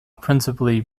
principally